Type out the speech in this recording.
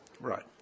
Right